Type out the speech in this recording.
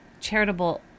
charitable